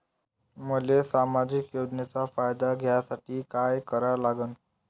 मले सामाजिक योजनेचा फायदा घ्यासाठी काय करा लागन?